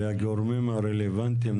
והגורמים הרלוונטיים,